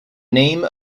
name